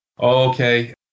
Okay